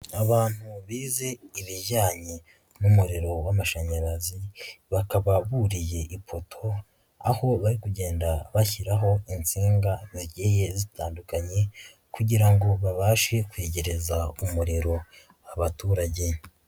Abantu bize ibijyanye n'umuriro w'amashanyarazi bakaba buriye ipoto aho bari kugenda bashyiraho insinga zigiye zitandukanye kugira ngo babashe kwegereza umuriro abaturage.